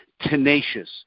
tenacious